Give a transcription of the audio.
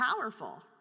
powerful